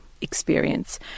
experience